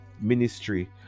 ministry